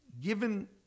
given